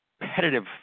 competitive